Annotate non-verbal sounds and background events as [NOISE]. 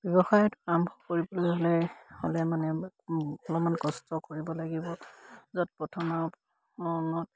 ব্যৱসায়টো [UNINTELLIGIBLE] কৰিবলৈ হ'লে হ'লে মানে অলমান কষ্ট কৰিব লাগিব য'ত প্ৰথম [UNINTELLIGIBLE]